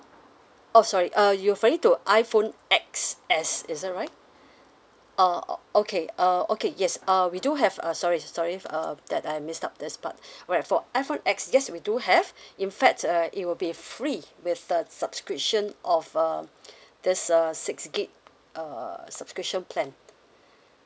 oh sorry uh you're referring iPhone X S is that right oh o~ okay uh okay yes uh we do have uh sorry sorry if uh that I missed out this part where for iPhone X yes we do have in fact uh it will be free with the subscription of um there's a six gig uh subscription plan